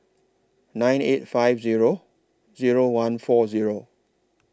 nine eight five Zero Zero one four Zero